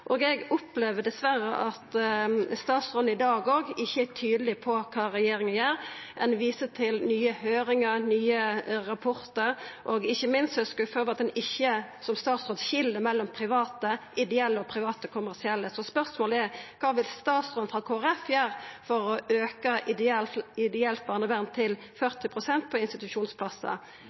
Eg opplever dessverre at statsråden i dag heller ikkje er tydeleg på kva regjeringa gjer. Ein viser til nye høyringar, nye rapportar. Ikkje minst er eg skuffa over at ein som statsråd ikkje skil mellom private ideelle og private kommersielle. Så spørsmålet er: Kva vil statsråden frå Kristeleg Folkeparti gjera for å auka delen ideelt barnevern til 40 pst. av institusjonsplassar